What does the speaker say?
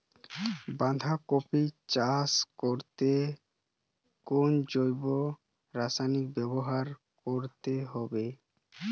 বাঁধাকপি চাষ করতে কোন জৈব রাসায়নিক ব্যবহার করতে হবে?